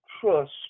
trust